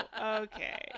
okay